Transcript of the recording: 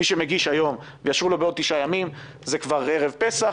מי שהגיש היום ויאשרו לו בעוד תשעה ימים זה כבר ערב פסח,